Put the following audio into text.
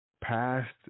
Past